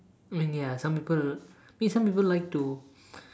I mean ya some people mean some people like to